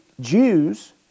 Jews